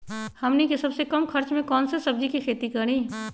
हमनी के सबसे कम खर्च में कौन से सब्जी के खेती करी?